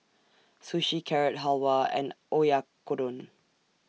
Sushi Carrot Halwa and Oyakodon